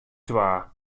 twa